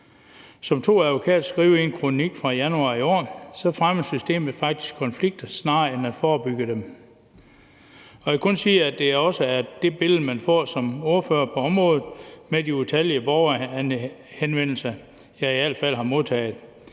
Som to advokater skriver i en kronik fra januar i år, så fremmer systemet faktisk konflikter, snarere end at det forebygger dem. Jeg kan kun sige, at det også er det indtryk, man som ordfører på området får af de utallige borgerhenvendelser, jeg i hvert fald har modtaget.